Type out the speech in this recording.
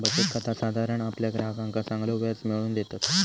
बचत खाता साधारण आपल्या ग्राहकांका चांगलो व्याज मिळवून देतत